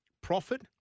profit